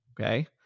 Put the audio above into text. Okay